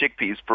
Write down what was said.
chickpeas